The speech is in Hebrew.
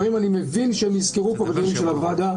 אני מבין שהדברים נסקרו פה בדברים של הוועדה,